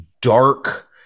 dark